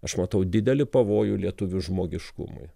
aš matau didelį pavojų lietuvių žmogiškumui